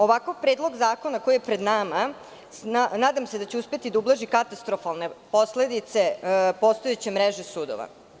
Ovakav predlog zakona koji je pred nama nadam se da će uspeti da ublaži katastrofalne posledice postojeće mreže sudova.